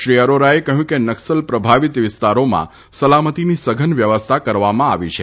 શ્રી અરાશયે કહ્યું કે નકસલ પ્રભાવિત વિસ્તારામાં સલામતીની સઘન વ્યવસ્થા કરવામાં આવી છે